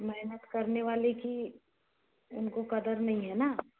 मेहनत करने वाले की उनको कदर नहीं है ना